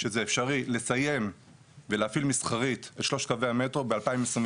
שזה אפשרי לסיים ולהפעיל מסחרית את שלושת קווי המטרו ב-2029,